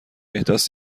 احداث